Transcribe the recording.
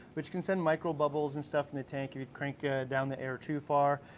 which can send micro bubbles and stuff in the tank, if you crank down the air too far.